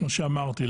כמו שאמרתי,